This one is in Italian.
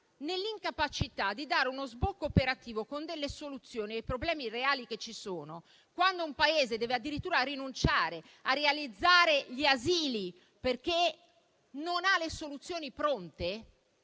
nell'incapacità di dare uno sbocco operativo con soluzioni ai problemi reali esistenti; quando un Paese deve addirittura rinunciare a realizzare gli asili perché non ha le soluzioni pronte